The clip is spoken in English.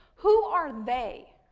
who are they?